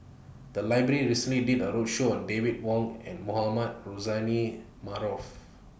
The Library recently did A roadshow on David Wong and Mohamed Rozani Maarof